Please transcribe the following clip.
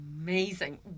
amazing